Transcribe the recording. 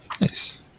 Nice